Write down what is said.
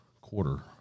quarter